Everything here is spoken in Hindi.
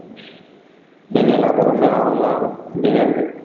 इन इलाको में आँवला बेर